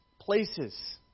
places